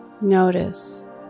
Notice